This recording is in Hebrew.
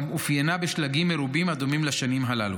גם התאפיינה בשלגים מרובים הדומים לשנים הללו.